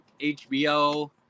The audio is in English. HBO